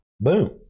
boom